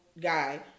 guy